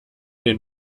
den